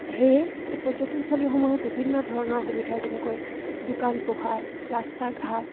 সেয়ে এই পৰ্যটনস্থলীসমূহে বিভিন্ন ধৰণৰ সুবিধা যেনেকৈ দোকান পোহাৰ ৰাস্তা ঘাট